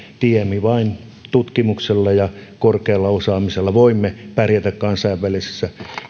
tiemme vain tutkimuksella ja korkealla osaamisella voimme pärjätä kansainvälisessä